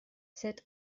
cet